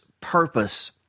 purpose